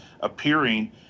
appearing